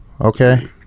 okay